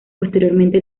posteriormente